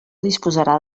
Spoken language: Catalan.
disposarà